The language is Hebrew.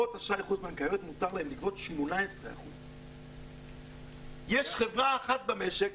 להן מותר לגבות 18%. יש חברה אחת במשק